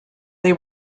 they